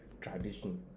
tradition